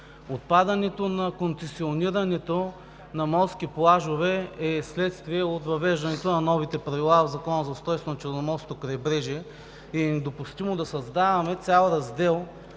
Отпадането на концесионирането на морски плажове е вследствие от въвеждането на новите правила от Закона за устройството на Черноморското крайбрежие и е недопустимо да създаваме цял раздел,